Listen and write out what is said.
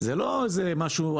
זה לא איזה משהו,